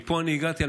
מפה אני הגעתי,